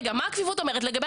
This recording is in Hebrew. תודה.